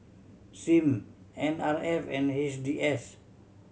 Sim N R F and H D S